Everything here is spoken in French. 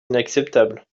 inacceptable